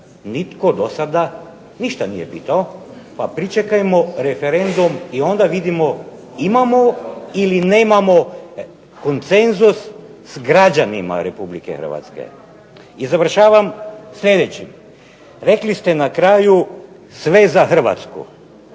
nitko do sada ništa nije pitao, pa pričekajmo referendum i onda vidimo imamo ili nemamo konsenzus sa građanima Republike Hrvatske. I završavam sljedeće. Rekli ste na kraju sve za Hrvatsku.